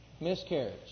Miscarriage